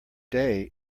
day